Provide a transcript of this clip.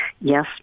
Yes